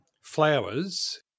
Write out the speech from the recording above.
flowers